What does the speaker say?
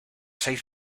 seis